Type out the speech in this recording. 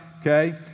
Okay